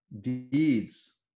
Deeds